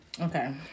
Okay